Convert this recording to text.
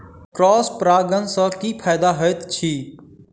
Cross परागण सँ की फायदा हएत अछि?